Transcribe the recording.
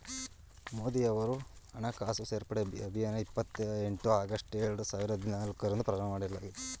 ಮೋದಿಯವರು ಹಣಕಾಸು ಸೇರ್ಪಡೆ ಅಭಿಯಾನವನ್ನು ಇಪ್ಪತ್ ಎಂಟು ಆಗಸ್ಟ್ ಎರಡು ಸಾವಿರದ ಹದಿನಾಲ್ಕು ರಂದು ಪ್ರಾರಂಭಮಾಡಿದ್ರು